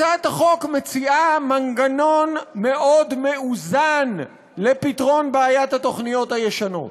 הצעת החוק מציעה מנגנון מאוזן מאוד לפתרון בעיית התוכניות הישנות.